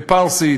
בפרסית,